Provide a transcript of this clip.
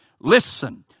listen